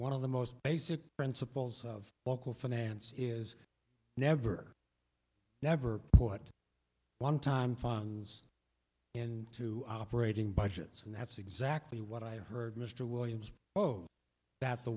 one of the most basic principles of local finance is never never put one time tongues and two operating budgets and that's exactly what i heard mr williams oh that the